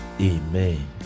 Amen